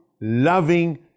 loving